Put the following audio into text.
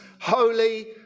Holy